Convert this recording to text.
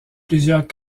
plusieurs